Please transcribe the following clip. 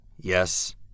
Yes